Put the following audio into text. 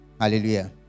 hallelujah